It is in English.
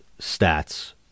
stats